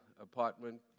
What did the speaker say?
apartment